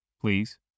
Please